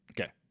Okay